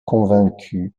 convaincu